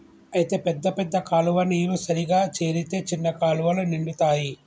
అయితే పెద్ద పెద్ద కాలువ నీరు సరిగా చేరితే చిన్న కాలువలు నిండుతాయి